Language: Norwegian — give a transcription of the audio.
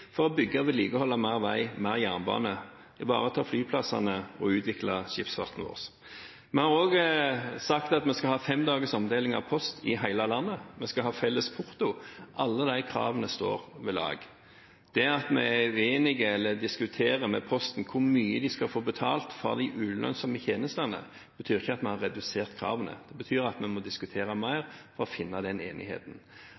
for å bygge og vedlikeholde mer vei, mer jernbane, ivareta flyplassene og utvikle skipsfarten vår. Vi har også sagt at vi skal ha fem dagers omdeling av post i hele landet, og at vi skal ha felles porto. Alle de kravene står ved lag. At vi er uenige eller diskuterer med Posten om hvor mye de skal få betalt for de ulønnsomme tjenestene, betyr ikke at vi har redusert kravene, det betyr at vi må diskutere